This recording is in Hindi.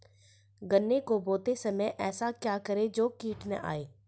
गन्ने को बोते समय ऐसा क्या करें जो कीट न आयें?